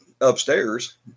upstairs